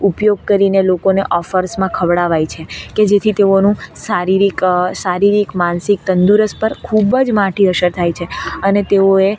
ઉપયોગ કરીને લોકોને ઓફર્સમાં ખવડાવાય છે કે જેથી તેઓનું શારીરિક માનસિક તંદુરસ્ત પર ખુબજ માંથી માઠી અસર થાય છે અને તેઓએ